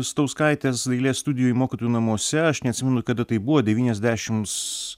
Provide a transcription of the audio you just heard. stauskaitės dailės studijoj mokytojų namuose aš neatsimenu kada tai buvo devyniasdešims